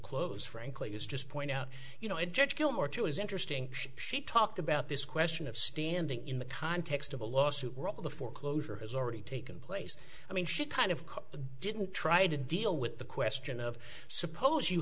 close frankly is just point out you know i judge gilmore she was interesting she talked about this question of standing in the context of a lawsuit where all the foreclosure has already taken place i mean she kind of didn't try to deal with the question of suppose you